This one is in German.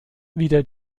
wieder